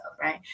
right